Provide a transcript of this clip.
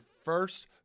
first